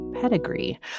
pedigree